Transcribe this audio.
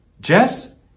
Jess